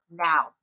now